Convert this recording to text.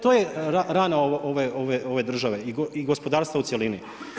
To je rana ove države i gospodarstva u cjelini.